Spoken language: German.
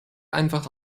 einfach